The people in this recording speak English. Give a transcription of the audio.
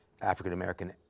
African-American